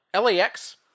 LAX